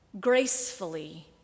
gracefully